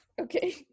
Okay